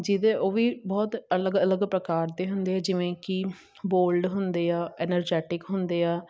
ਜਿਹਦੇ ਉਹ ਵੀ ਬਹੁਤ ਅਲੱਗ ਅਲੱਗ ਪ੍ਰਕਾਰ ਦੇ ਹੁੰਦੇ ਹੈ ਜਿਵੇਂ ਕੀ ਬੋਲਡ ਹੁੰਦੇ ਆ ਐਨਰਜੈਟਿਕ ਹੁੰਦੇ ਆ